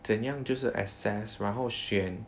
怎样就是 access 然后选